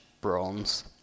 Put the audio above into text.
bronze